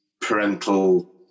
parental